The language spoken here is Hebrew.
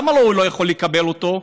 למה הוא לא יכול לקבל אותו?